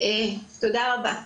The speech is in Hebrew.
תודה רבה.